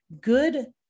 good